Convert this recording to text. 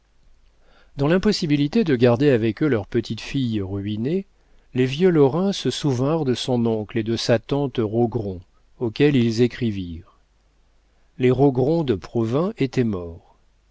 dans l'impossibilité de garder avec eux leur petite-fille ruinée les vieux lorrain se souvinrent de son oncle et de sa tante rogron auxquels ils écrivirent les rogron de provins étaient morts